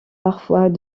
parfois